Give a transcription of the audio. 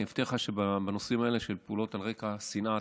אני מבטיח לך שבנושאים האלה של פעולות על רקע שנאה,